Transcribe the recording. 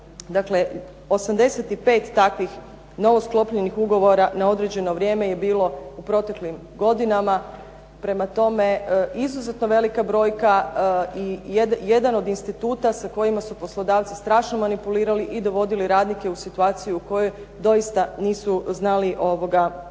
Dakle, 85 takvih novosklopljenih ugovora na određeno vrijeme je bilo u proteklim godinama. Prema tome, izuzetno velika brojka i jedan od instituta sa kojima su poslodavci strašno manipulirali i dovodili radnike u situaciju u kojoj doista nisu znali što